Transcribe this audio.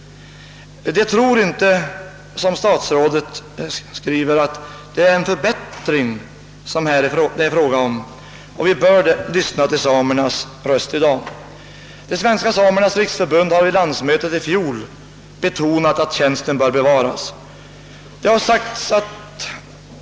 De tror inte som statsrådet skriver att det är fråga om en förbättring; vi bör lyssna till samernas röst i dag. De svenska samernas riksförbund har vid landsmötet i fjol betonat att tjäns intressen skall till ten bör bevaras.